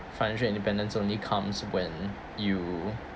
financial independence only comes when you